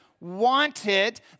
Wanted